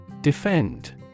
Defend